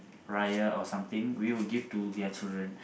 Raya or something we will give to their children